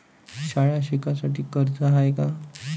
शाळा शिकासाठी कर्ज हाय का?